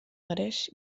gres